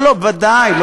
כשצה"ל לא מגייס, ודאי.